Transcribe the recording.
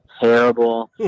terrible